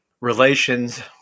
relations